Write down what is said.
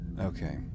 Okay